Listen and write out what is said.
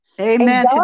Amen